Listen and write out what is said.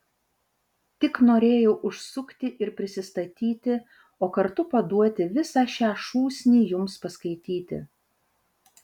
tik norėjau užsukti ir prisistatyti o kartu paduoti visą šią šūsnį jums paskaityti